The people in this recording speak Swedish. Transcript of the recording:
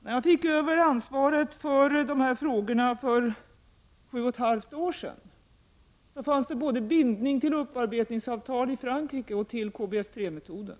När jag fick ta över ansvaret för de här frågorna för sju och ett halvt år sedan fanns det bindning både till upparbetningsavtal i Frankrike och till KBS 1-metoden.